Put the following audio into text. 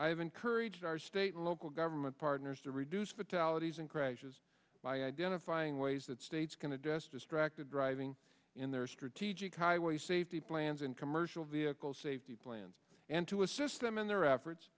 have encouraged our state and local government partners to reduce fatalities in crashes by identifying ways that states going to distract and driving in their strategic highway safety plans and commercial vehicle safety plans and to assist them in their efforts